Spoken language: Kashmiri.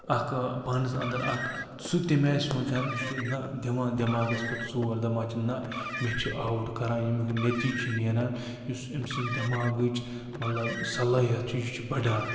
اَکھ پانس انٛدر اکھ سُہ تَمہِ آیہِ سونٛچان یہِ چھُ نہَ دِوان دٮ۪ماغس پٮ۪ٹھ زور دَپان چھِ نہِ مےٚ چھِ آوُٹ کَران ییٚمیُک نتیٖجہِ چھُ نیران یُس أمۍ سُنٛد دٮ۪ماغٕچ مطلب صلٲحیت چھِ یہِ چھُ بَڑان